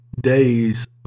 days